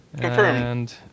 Confirmed